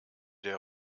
der